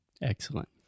Excellent